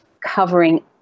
covering